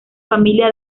familia